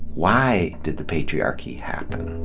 why did the patriarchy happen?